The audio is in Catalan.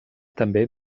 també